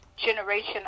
generation